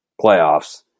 playoffs